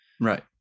right